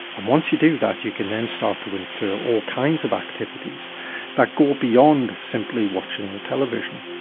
and once you do that you can then start to infer all kinds of activities that go beyond simply watching the television.